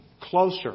closer